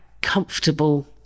comfortable